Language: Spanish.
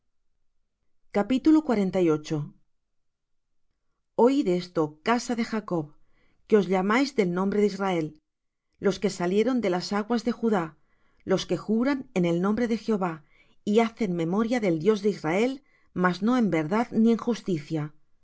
oid esto casa de jacob que os llamáis del nombre de israel los que salieron de las aguas de judá los que juran en el nombre de jehová y hacen memoria del dios de israel mas no en verdad ni en